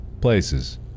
places